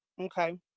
Okay